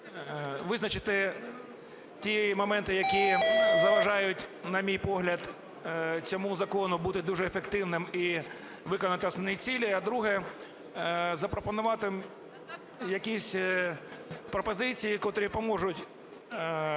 визначити ті моменти, які заважають, на мій погляд, цьому закону бути дуже ефективним і виконати основні цілі. А друге. Запропонувати якісь пропозиції, котрі поможуть